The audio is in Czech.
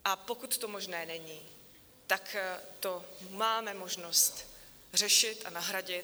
A pokud to možné není, tak to máme možnost řešit a nahradit.